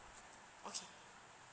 okay